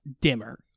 dimmer